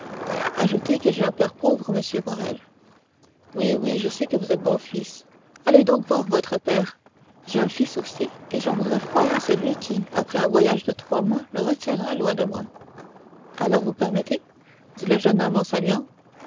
ajoutez que j'ai un père pauvre monsieur morrel oui oui je sais que vous êtes un bon fils allez donc voir votre père j'ai un fils aussi et j'en voudrais fort à celui qui après un voyage de trois mois le retiendrait loin de moi alors vous permettez dit le jeune homme en saluant